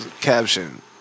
Caption